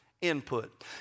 input